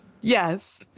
Yes